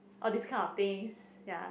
all these kind of things ya